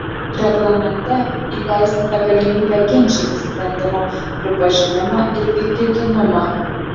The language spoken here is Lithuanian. reglamente įteisinta galimybė ginčyti sprendimo pripažinimą ir vykdytinumą